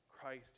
Christ